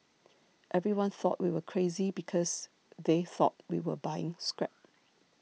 everyone thought we were crazy because they thought we were buying scrap